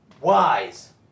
wise